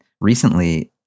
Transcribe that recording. recently